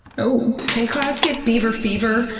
ooh, can clouds get beaver fever?